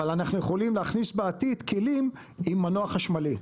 אבל אנחנו יכולים להכניס בעתיד כלים עם מנוע חשמלי.